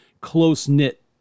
close-knit